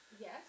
Yes